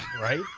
right